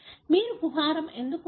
మీకు కుహరం ఎందుకు ఉంది